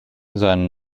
sein